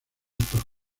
estos